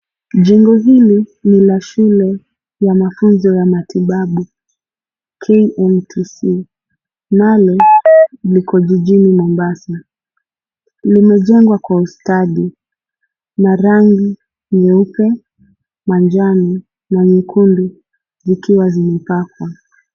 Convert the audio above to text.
Jengo hili ni la shule ya mafunzo ya matibabu KMTC nalo liko jijini Mombasa. Limejengwa kwa ustadi na rangi nyeupe, manjano na nyekundu zikiwa zimepakwa.